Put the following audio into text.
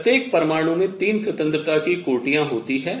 प्रत्येक परमाणु में 3 स्वतंत्रता की कोटियाँ होती है